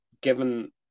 given